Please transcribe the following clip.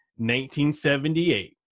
1978